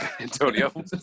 Antonio